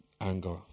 anger